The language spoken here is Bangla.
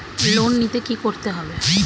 লোন নিতে কী করতে হবে?